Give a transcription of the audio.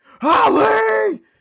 Holly